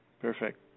Perfect